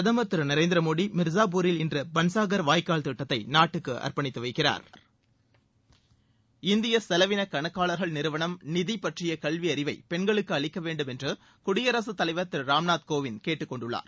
பிரதமர் திரு நரேந்திர மோடி மிர்ஸாபூரில் இன்று பன்சாகர் வாய்க்கால் திட்டத்தை நாட்டுக்கு அர்ப்பணித்து வைக்கிறார் இந்திய செலவின கணக்காளர்கள் நிறுவனம் நிதி பற்றிய கல்வியறிவை பெண்களுக்கு அளிக்க வேண்டும் என்று குடியரசு தலைவர் திரு ராம்நாத் கோவிந்த் கேட்டுக்கொண்டுள்ளார்